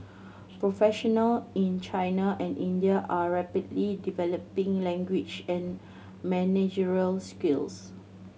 professional in China and India are rapidly developing language and managerial skills